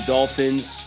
Dolphins